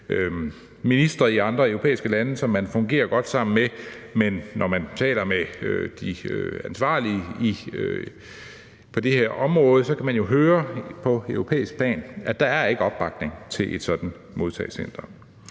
ministre i andre europæiske lande, som man fungerer godt sammen med. Men når man taler med disse ansvarlige på det her område, kan man jo høre på europæisk plan, at der ikke er opbakning til et sådant modtagecenter.